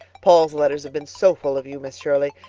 paul's letters have been so full of you, miss shirley,